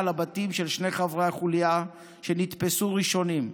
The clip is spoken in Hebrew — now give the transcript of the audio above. לבתים של שני חברי החוליה שנתפסו ראשונים,